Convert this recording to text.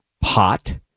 pot